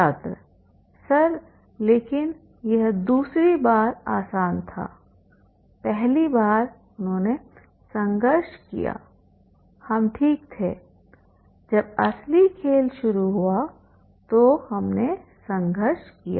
छात्र सर लेकिन यह दूसरी बार आसान था पहली बार उन्होंने संघर्ष किया हम ठीक थेजब असली खेल शुरू हुआ तो हमने संघर्ष किया